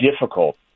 difficult